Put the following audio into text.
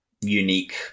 unique